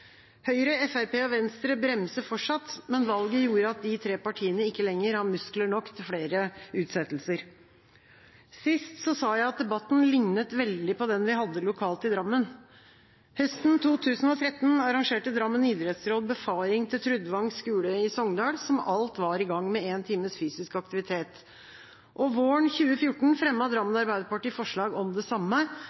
Høyre, Fremskrittspartiet og Venstre bremser fortsatt, men valget gjorde at de tre partiene ikke lenger har muskler nok til flere utsettelser. Sist sa jeg at debatten lignet veldig på den vi hadde lokalt i Drammen. Høsten 2013 arrangerte Drammen idrettsråd befaring til Trudvang skule i Sogndal, som alt var i gang med én times fysisk aktivitet. Våren 2014 fremmet Drammen Arbeiderparti forslag om det samme,